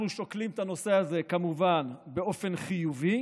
אנחנו שוקלים את הנושא כמובן באופן חיובי,